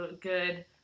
good